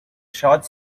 short